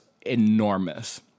enormous